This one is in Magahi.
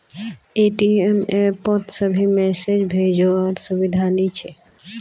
ए.टी.एम एप पोत अभी मैसेज भेजो वार सुविधा नी छे